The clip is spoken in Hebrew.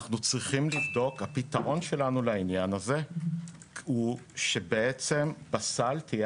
הפתרון שלנו לעניין הזה הוא שבעצם בסל תהיה